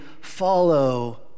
follow